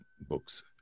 books